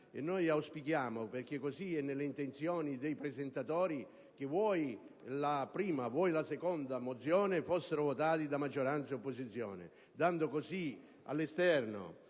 Noi auspichiamo, perché questa era l'intenzione dei presentatori, che sia la prima che la seconda mozione siano votate da maggioranza e opposizione, dando così all'esterno,